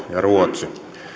ruotsi